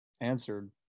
answered